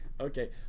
okay